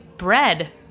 Bread